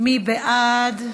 מי בעד?